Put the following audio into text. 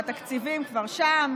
שהתקציבים כבר שם